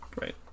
Right